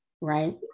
right